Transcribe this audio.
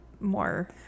more